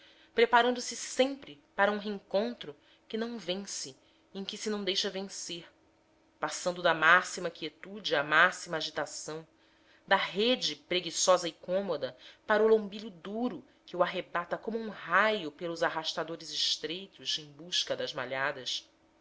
preparando-se sempre para um recontro que não vence e em que se não deixa vencer passando da máxima quietude à máxima agitação da rede preguiçosa e cômoda para o lombilho duro que o arrebata como um raio pelos arrastadores estreitos em busca das malhadas